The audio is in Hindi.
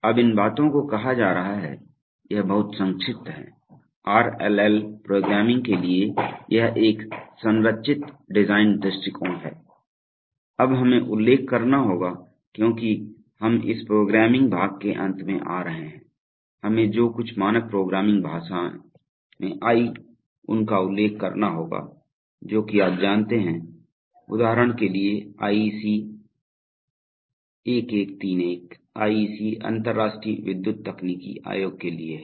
अब इन बातों को कहा जा रहा है यह बहुत संक्षिप्त है RLL प्रोग्रामिंग के लिए यह एक संरचित डिजाइन दृष्टिकोण है अब हमें उल्लेख करना होगा क्योंकि हम इस प्रोग्रामिंग भाग के अंत में आ रहे हैं हमें जो कुछ मानक प्रोग्रामिंग भाषाएं में आयी उनका उल्लेख करना होगा जो कि आप जानते हैं उदाहरण के लिए IEC 1131 IEC अंतरराष्ट्रीय विद्युत तकनीकी आयोग के लिए है